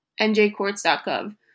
njcourts.gov